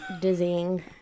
Dizzying